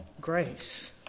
grace